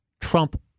Trump